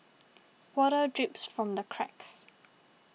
water drips from the cracks